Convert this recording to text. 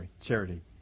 charity